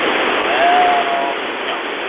well, no.